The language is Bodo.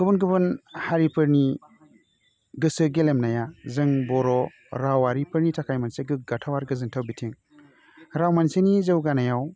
गुबुन गुबुन हारिफोरनि गोसो गेलेमनाया जोंनि बर' रावआरिफोरनि थाखाय मोनसे गोग्गाथाव आरो गोजोन्थाव बिथिं राव मोनसेनि जौगानायाव